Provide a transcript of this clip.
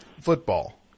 Football